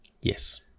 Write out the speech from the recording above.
Yes